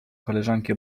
koleżanki